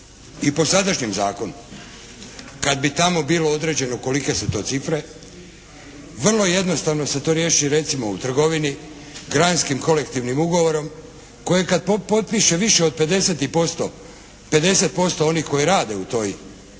i po sadašnjem zakonu. Kad bi tamo bilo određeno kolike su to cifre vrlo jednostavno se to riješi recimo u trgovini, granskim kolektivnim ugovorom koje kad potpiše više od 50% onih koji rade u toj branši